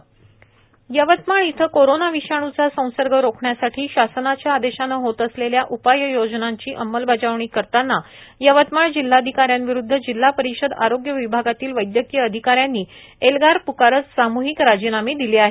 राजीनामे यवतमाळ इथं कोरोना विषाणुचा संसर्ग रोखण्यासाठी शासनाच्या आदेशानं होत असलेल्या उपाययोजनांची अंमलबजावणी करताना यवतमाळ जिल्हाधिकाऱ्यांविरुदध जिल्हा परिषद आरोग्य विभागातील वैद्यकीय अधिकाऱ्यांनी एल्गार प्कारत साम्हिक राजीनामे दिले आहेत